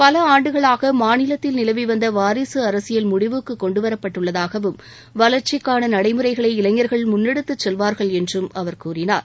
பல ஆண்டுகளாக மாநிலத்தில் நிலவி வந்த வாரிசு அரசியல் முடிவுக்கு கொண்டுவரப்பட்டுள்ளதாவும் வளர்ச்சிக்கான நடைமுறைகளை இளைஞர்கள் முன்னெடுத்துச் செல்வார்கள் என்றும் அவர் கூறினார்